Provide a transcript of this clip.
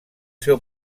seu